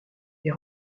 est